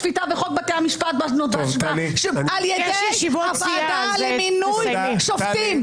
השפיטה וחוק בתי המשפט על ידי הוועדה למינוי שופטים.